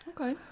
Okay